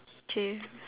okay